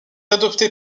adoptée